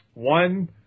One